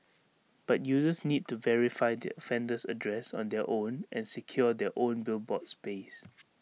but users need to verify the offender's address on their own and secure their own billboard space